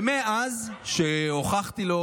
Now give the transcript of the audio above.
ומאז שהוכחתי לו